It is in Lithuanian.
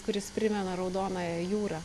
kuris primena raudonąją jūrą